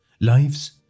Lives